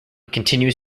continues